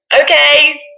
okay